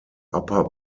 upper